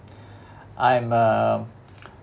I'm uh